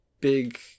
big